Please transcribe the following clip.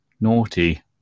naughty